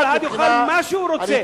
שכל אחד יאכל מה שהוא רוצה.